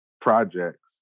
projects